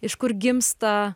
iš kur gimsta